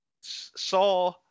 Saw